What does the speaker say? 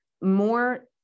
more